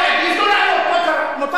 הרביצו לו בבית-הספר, מה קרה?